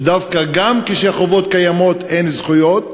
ודווקא גם כשהחובות קיימות אין זכויות,